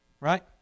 Right